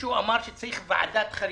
שמישהו אמר שצריך ועדת חריגים.